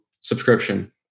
subscription